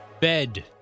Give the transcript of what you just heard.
Bed